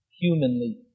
humanly